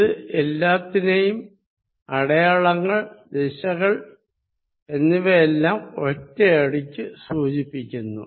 ഇത് എല്ലാത്തിനെയും അടയാളങ്ങൾ ദിശകൾ എന്നിവയെയെല്ലാം ഒറ്റയടിക്ക് സൂചിപ്പിക്കുന്നു